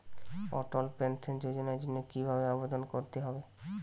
অটল pension যোজনার জন্য কি ভাবে আবেদন করতে হয়?